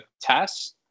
tests